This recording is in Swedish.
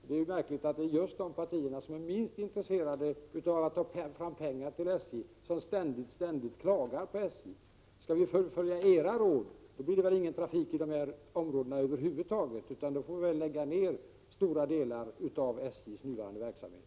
Det är märkligt att just de partier som är minst intresserade av att skaffa fram pengar till SJ ständigt klagar på SJ. Om vi följde era råd, skulle det väl över huvud taget inte bli någon trafik i dessa områden, utan då skulle vi tvingas att lägga ned stora delar av SJ:s nuvarande verksamhet.